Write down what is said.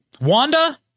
Wanda